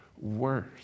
worse